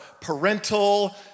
parental